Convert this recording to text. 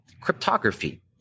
cryptography